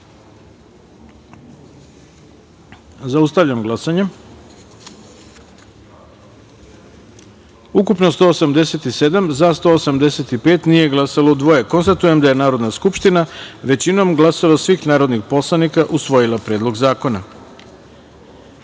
taster. Zaustavljam glasanje. Ukupno - 187, za -186, nije glasao jedan. Konstatujem da je Narodna skupština većinom glasova svih narodnih poslanika usvojila Predlog zakona. Sedma